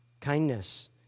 kindness